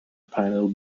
panel